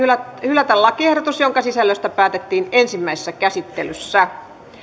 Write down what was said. hylätä lakiehdotus jonka sisällöstä päätettiin ensimmäisessä käsittelyssä